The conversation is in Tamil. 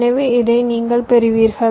எனவே இதை நீங்கள் பெறுவீர்கள்